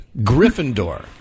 Gryffindor